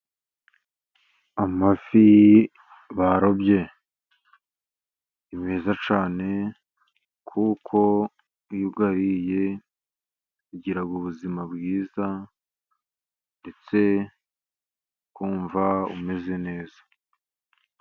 Amafi barobye ni meza cyane, kuko iyo uyariye ugira ubuzima bwiza, ndetse ukumva umeze neza.